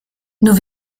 nous